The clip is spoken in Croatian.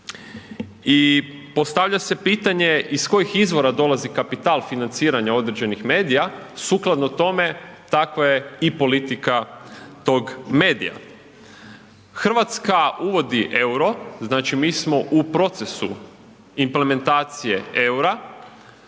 i postavlja se pitanje iz kojih izvora dolazi kapital financiranja određenih medija, sukladno tome, tako je i politika tog medija. Hrvatska uvodi euro, znači mi smo u procesu implementacije eura,